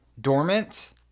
dormant